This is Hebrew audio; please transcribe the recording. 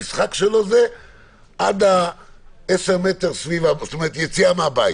המשחק שלו זה עד היציאה מהבית.